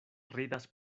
ridas